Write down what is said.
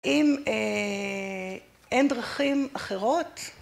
אם אין דרכים אחרות?